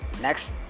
next